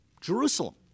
Jerusalem